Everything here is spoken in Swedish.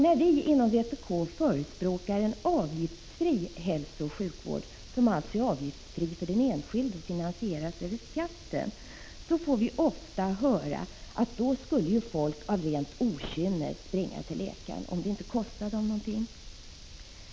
När vi inom vpk förespråkar en hälsooch sjukvård som är avgiftsfri för den enskilde och finansieras över skatten, får vi ofta höra att folk av rent okynne skulle springa till läkaren om det inte kostade dem någonting.